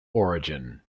origin